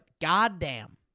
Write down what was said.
goddamn